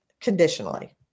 conditionally